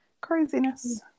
Craziness